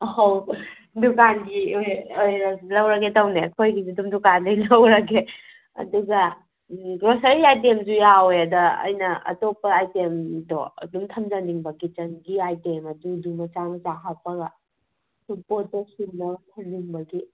ꯑꯧ ꯗꯨꯀꯥꯟꯒꯤ ꯑꯣꯏꯅ ꯂꯧꯔꯒꯦ ꯇꯧꯕꯅꯦ ꯑꯩꯈꯣꯏꯒꯤꯗꯤ ꯑꯗꯨꯝ ꯗꯨꯀꯥꯟꯗꯩ ꯂꯧꯔꯒꯦ ꯑꯗꯨꯒ ꯒ꯭ꯔꯣꯁꯔꯤ ꯑꯥꯏꯇꯦꯝꯁꯨ ꯌꯥꯎꯋꯦ ꯑꯗ ꯑꯩꯅ ꯑꯇꯣꯞꯄ ꯑꯥꯏꯇꯦꯝꯗꯣ ꯑꯗꯨꯝ ꯊꯝꯖꯅꯤꯡꯕ ꯀꯤꯆꯟꯒꯤ ꯑꯥꯏꯇꯦꯝ ꯑꯗꯨ ꯃꯆꯥ ꯃꯆꯥ ꯍꯥꯞꯄꯒ ꯄꯣꯠ ꯆꯩ ꯁꯨꯅꯕ ꯊꯝꯅꯤꯡꯕꯗꯤ